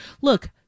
look